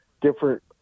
different